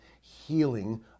healing